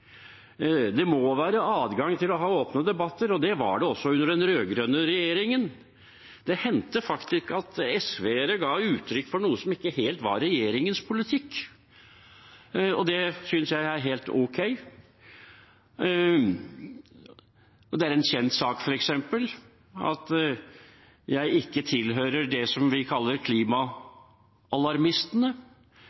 Det må være adgang til å ha åpne debatter, og det var det også under den rød-grønne regjeringen. Det hendte faktisk at SV-ere ga uttrykk for noe som ikke helt var regjeringens politikk, og det synes jeg er helt ok. Det er f.eks. en kjent sak at jeg ikke tilhører det vi kaller